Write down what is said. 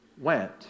went